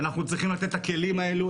ואנחנו צריכים לתת את הכלים האלו,